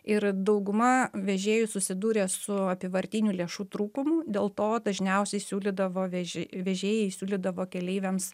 ir dauguma vežėjų susidūrė su apyvartinių lėšų trūkumu dėl to dažniausiai siūlydavo veži vežėjai siūlydavo keleiviams